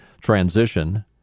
transition